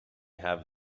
have